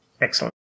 Excellent